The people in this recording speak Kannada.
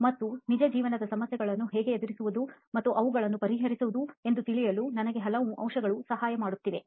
ಮತ್ತು ನಿಜ ಜೀವನದ ಸಮಸ್ಯೆಗಳನ್ನು ಹೇಗೆ ಎದುರಿಸುವುದು ಮತ್ತು ಅವುಗಳನ್ನು ಪರಿಹರಿಸುವುದು ಎಂದು ತಿಳಿಯಲು ನನಗೆ ಹಲವು ಅಂಶ ಗಳು ಸಹಾಯ ಮಾಡುತ್ತಿವೆ